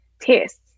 tests